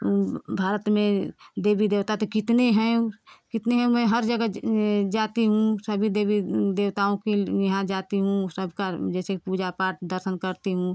भारत में देवी देवता तो कितने हैं कितने में हर जगह जाती हूँ सभी देवी देवताओं के यहाँ जाती हूँ सबका जैसे पूजा पाठ दर्शन करती हूँ